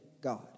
God